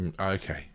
Okay